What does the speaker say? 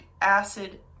acid